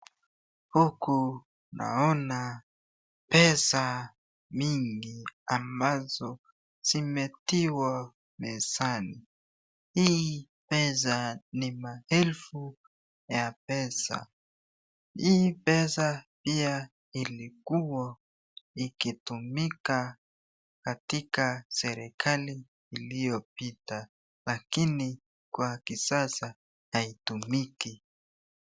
Huku naona pesa mingi ambazo zimetiwa mezani, hii pesa ni maelfu ya pesa, hii ilikuwa ikitumika katika serekali Iliopita lakini Kwa kisasa haitumiki.